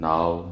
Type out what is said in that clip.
Now